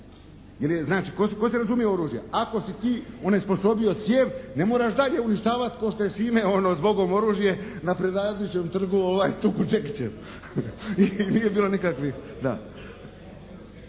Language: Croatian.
tko se razumije u oružje? Ako si ti onesposobio cijev ne moraš dalje uništavati ko što je Šime ono «Zbogom oružje» na Preradovićevom trgu tukao čekićem i nije bilo nikakvih,